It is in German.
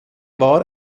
war